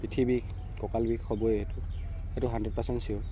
পিঠি বিষ কঁকাল বিষ হ'বই এইটো সেইটো হাণ্ড্ৰেড পাৰ্চেণ্ট চিয়ৰ